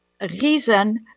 reason